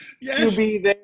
yes